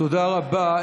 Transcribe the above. תודה רבה.